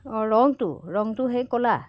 অ' ৰঙটো ৰঙটো সেই ক'লা